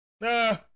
Nah